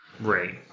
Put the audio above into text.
Right